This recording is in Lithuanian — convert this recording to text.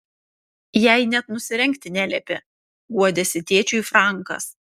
jai net nusirengti neliepė guodėsi tėčiui frankas